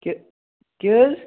کہِ کیاہ حظ